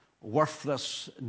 Worthless